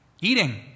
Eating